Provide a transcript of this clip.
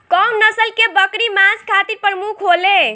कउन नस्ल के बकरी मांस खातिर प्रमुख होले?